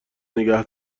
نگه